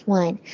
one